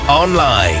online